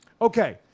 Okay